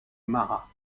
marat